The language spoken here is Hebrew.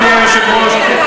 אדוני היושב-ראש,